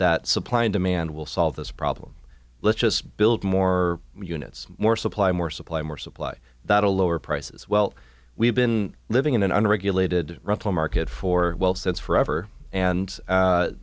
that supply and demand will solve this problem let's just build more units more supply more supply more supply that to lower prices well we've been living in an unregulated rental market for well since forever and